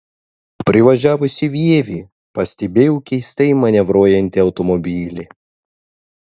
privažiavusi vievį pastebėjau keistai manevruojantį automobilį